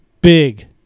big